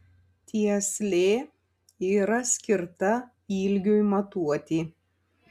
tieslė yra skirta ilgiui matuoti